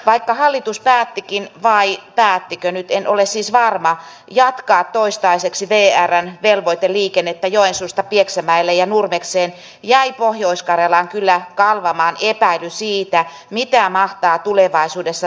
vaikka hallitus päättikin vai päättikö nyt en ole siis varma jatkaa toistaiseksi vrn velvoiteliikennettä joensuusta pieksämäelle ja nurmekseen jäi pohjois karjalaan kyllä kalvamaan epäily siitä mitä mahtaa tulevaisuudessa tapahtua